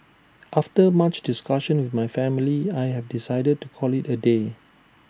after much discussion with my family I have decided to call IT A day